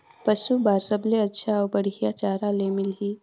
पशु बार सबले अच्छा अउ बढ़िया चारा ले मिलही?